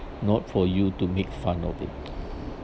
not for you to make fun of it